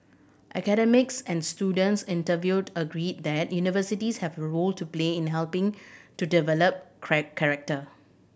academics and students interviewed agreed that universities have role to play in helping to develop character